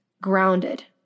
grounded